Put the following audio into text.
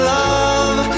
love